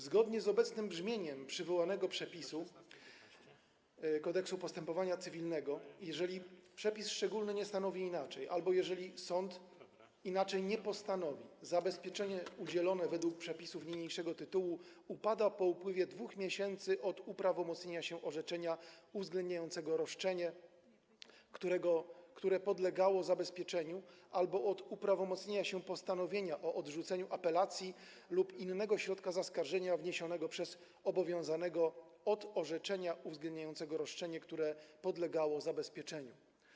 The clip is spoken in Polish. Zgodnie z obecnym brzmieniem przywołanego przepisu Kodeksu postępowania cywilnego, jeżeli przepis szczególny nie stanowi inaczej, albo jeżeli sąd inaczej nie postanowi, zabezpieczenie udzielone według przepisów niniejszego tytułu upada po upływie 2 miesięcy od uprawomocnienia się orzeczenia uwzględniającego roszczenie, które podlegało zabezpieczeniu, albo od uprawomocnienia się postanowienia o odrzuceniu apelacji lub innego środka zaskarżenia wniesionego przez obowiązanego od orzeczenia uwzględniającego roszczenie, które podlegało zabezpieczeniu.